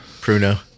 Pruno